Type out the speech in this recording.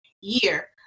year